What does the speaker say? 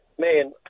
Man